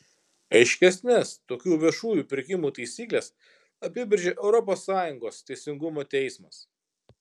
aiškesnes tokių viešųjų pirkimų taisykles apibrėžė europos sąjungos teisingumo teismas